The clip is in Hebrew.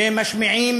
ומשמיעים